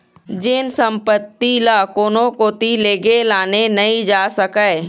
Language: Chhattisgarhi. जेन संपत्ति ल कोनो कोती लेगे लाने नइ जा सकय